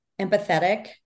empathetic